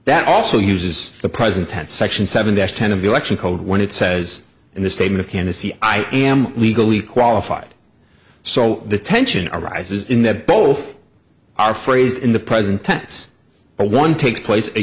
that also uses the present tense section seven days ten of election code when it says in the statement of candidacy i am legally qualified so the tension arises in that both are phrased in the present tense but one takes place a